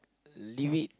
leave it